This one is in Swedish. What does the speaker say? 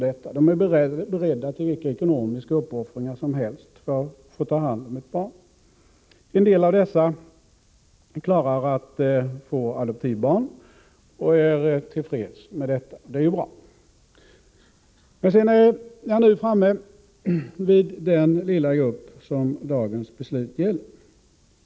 De är beredda till vilka ekonomiska uppoffringar som helst för att få ta hand om ett barn. En del av dessa får adoptivbarn och är till freds med detta — och det är ju bra. Då är jag nu framme vid den lilla grupp som dagens beslut gäller.